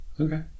Okay